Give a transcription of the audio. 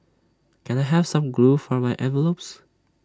can I have some glue for my envelopes